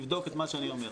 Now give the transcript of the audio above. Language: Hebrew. תבדוק את מה שאני אומר.